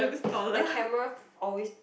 the camera always